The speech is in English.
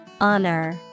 Honor